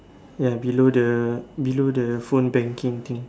ya below the below the phone banking thing